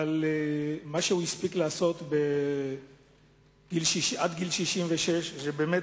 אבל מה שהוא הספיק לעשות עד גיל 66 זה באמת